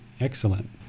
Excellent